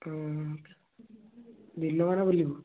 ହୁଁ ହଁ ଦିନମାନ ବୁଲିବୁ